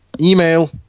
email